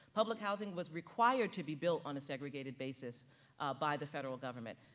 public housing was required to be built on a segregated basis by the federal government.